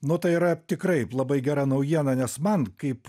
nu tai yra tikrai labai gera naujiena nes man kaip